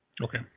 Okay